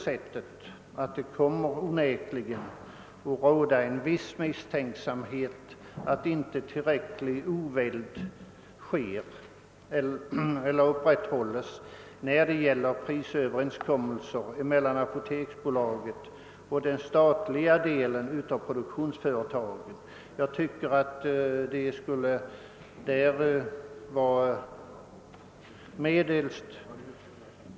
Onekligen kan det också komma att råda vissa misstankar om att full oväld inte upprätthålls när det gäller prisöverenskommelser mellan apoteksbolaget och den statliga delen av produktionsföretagen.